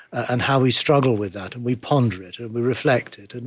and how we struggle with that and we ponder it and we reflect it. and